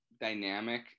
dynamic